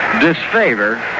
disfavor